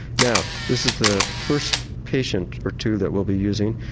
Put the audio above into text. now this is the first patient or two that we'll be using.